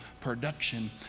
production